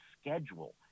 schedule